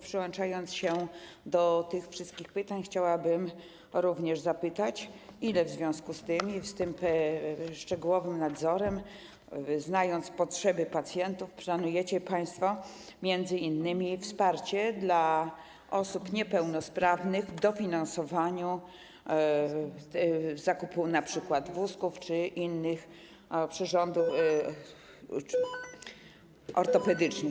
Przyłączając się do tych wszystkich pytań, chciałabym również zapytać, ile w związku z tym szczegółowym nadzorem, znając potrzeby pacjentów, planujecie państwo m.in. na wsparcie dla osób niepełnosprawnych w dofinansowaniu zakupu np. wózków czy innych przyrządów ortopedycznych.